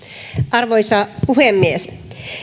arvoisa puhemies